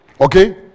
Okay